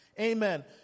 Amen